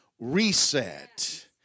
reset